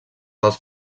dels